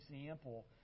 example